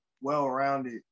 well-rounded